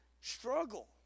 struggle